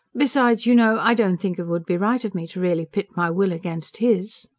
besides, you know, i don't think it would be right of me to really pit my will against his.